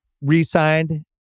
re-signed